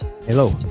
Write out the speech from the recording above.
hello